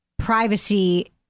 privacy